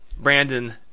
Brandon